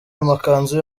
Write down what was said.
amakanzu